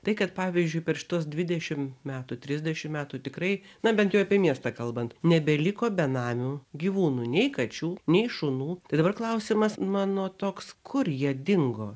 tai kad pavyzdžiui per šitus dvidešimt metų trisdešimt metų tikrai na bent jau apie miestą kalbant nebeliko benamių gyvūnų nei kačių nei šunų tai dabar klausimas mano toks kur jie dingo